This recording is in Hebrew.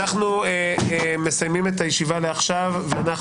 אנחנו מסיימים את הישיבה הזאת ובשעה